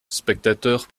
spectateurs